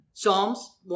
Psalms